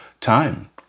time